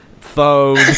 phone